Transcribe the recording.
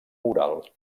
oral